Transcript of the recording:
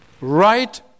Right